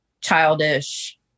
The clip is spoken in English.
childish